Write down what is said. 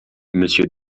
monsieur